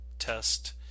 test